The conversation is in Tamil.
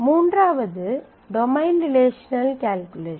மூன்றாவது டொமைன் ரிலேஷனல் கால்குலஸ்